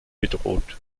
bedroht